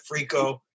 frico